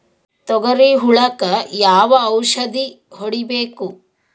ತೊಗರಿ ಹುಳಕ ಯಾವ ಔಷಧಿ ಹೋಡಿಬೇಕು?